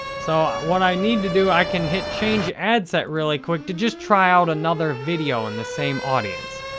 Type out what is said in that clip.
so, what i need to do, i can hit change ad set really quick to just try out another video on the same audience.